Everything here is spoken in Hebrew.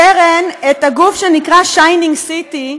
הגוף שנקרא Shining City,